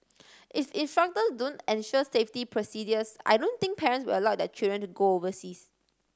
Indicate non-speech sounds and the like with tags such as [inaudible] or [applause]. if [unintelligible] don't ensure safety procedures I don't think parents will allow their children to go overseas